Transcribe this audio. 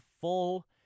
full